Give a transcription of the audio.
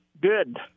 good